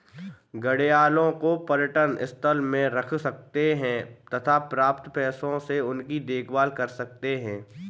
घड़ियालों को पर्यटन स्थल में रख सकते हैं तथा प्राप्त पैसों से उनकी देखभाल कर सकते है